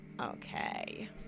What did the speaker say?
Okay